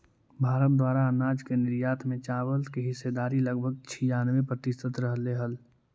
भारत द्वारा अनाज के निर्यात में चावल की हिस्सेदारी लगभग छियानवे प्रतिसत रहलइ हल